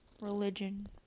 religion